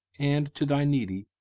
and to thy needy,